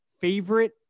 Favorite